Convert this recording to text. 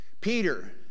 Peter